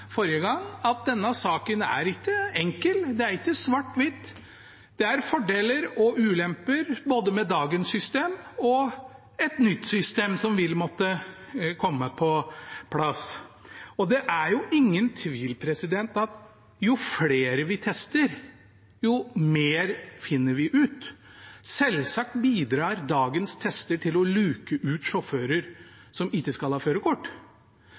forrige gang, at denne saken er ikke enkel. Det er ikke svart-hvitt. Det er fordeler og ulemper med både dagens system og et nytt system, som vil måtte komme på plass. Det er ingen tvil om at jo flere vi tester, jo mer finner vi ut. Selvsagt bidrar dagens tester til å luke ut sjåfører som ikke skal ha førerkort.